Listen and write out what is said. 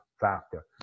factor